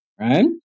right